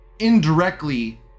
indirectly